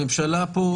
הממשלה פה,